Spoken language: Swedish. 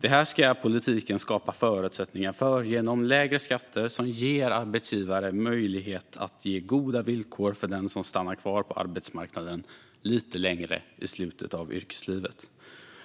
Det ska politiken skapa förutsättningar för genom lägre skatter som ger arbetsgivare möjlighet att ge goda villkor för den som stannar kvar på arbetsmarknaden lite längre i slutet av yrkeslivet.